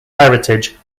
heritage